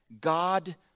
God